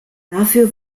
dafür